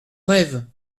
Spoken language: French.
rêve